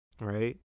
right